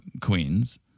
queens